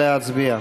נא להצביע.